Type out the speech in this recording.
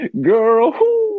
girl